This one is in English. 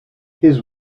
his